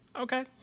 Okay